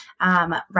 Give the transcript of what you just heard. right